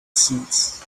seeds